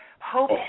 hope